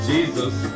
Jesus